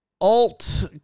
Alt